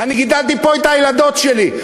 אני גידלתי פה את הילדות שלי,